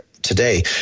today